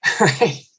Right